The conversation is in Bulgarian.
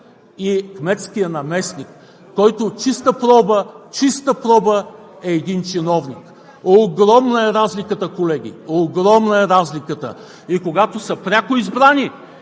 и кметския наместник, който чиста проба е един чиновник. Огромна е разликата, колеги! Огромна е разликата! Когато са пряко избрани,